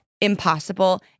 impossible